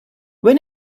when